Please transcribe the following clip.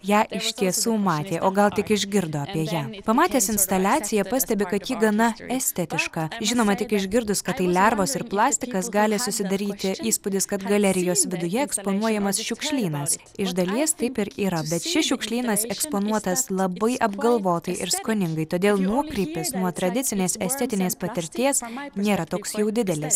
ją iš tiesų matė o gal tik išgirdo ją pamatęs instaliaciją pastebi kad ji gana estetiška žinoma tik išgirdus kad tai lervos ir plastikas gali susidaryti įspūdis kad galerijos viduje eksponuojamas šiukšlynas iš dalies taip ir yra bet šis šiukšlynas eksponuotas labai apgalvotai ir skoningai todėl nuokrypis nuo tradicinės estetinės patirties nėra toks jau didelis